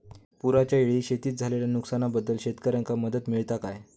पुराच्यायेळी शेतीत झालेल्या नुकसनाबद्दल शेतकऱ्यांका मदत मिळता काय?